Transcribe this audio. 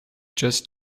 just